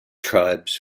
tribes